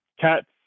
Cats